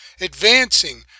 Advancing